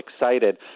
excited